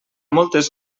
moltes